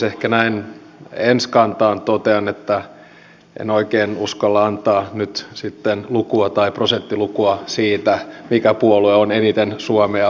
ehkä näin ensikantaan totean että en oikein uskalla antaa nyt sitten lukua tai prosenttilukua siitä mikä puolue on eniten suomea velkaannuttanut